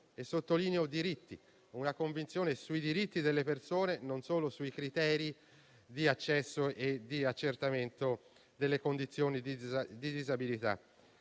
è quindi una Convenzione sui diritti delle persone, non solo sui criteri di accesso e di accertamento delle condizioni di disabilità.